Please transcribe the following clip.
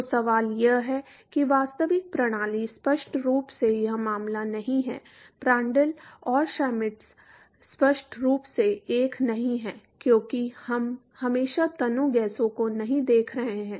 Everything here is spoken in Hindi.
तो सवाल यह है कि वास्तविक प्रणाली स्पष्ट रूप से यह मामला नहीं है प्रांड्ल और श्मिट स्पष्ट रूप से 1 नहीं हैं क्योंकि हम हमेशा तनु गैसों को नहीं देख रहे हैं